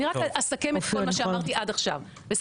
אני רק אסכם את כל מה שאמרתי עד עכשיו בסדר?